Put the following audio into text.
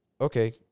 okay